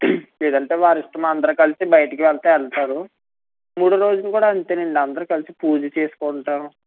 లేదంటే వాళ్ళ ఇష్టం అందరూ కలిసి బయటకి వెళ్తే వెళ్తారు మూడో రోజుని కూడా అంతేనండి అందరు కలిసి పూజ చేసుకుంటాము